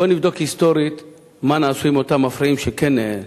בואי נבדוק היסטורית מה נעשה עם אותם מפריעים שכן נתפסו,